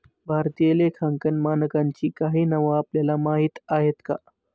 भारतीय लेखांकन मानकांची काही नावं आपल्याला माहीत आहेत का?